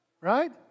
right